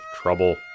trouble